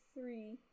three